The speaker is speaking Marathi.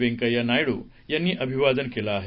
व्यंकय्या नायडू यांनी अभिवादन केलं आहे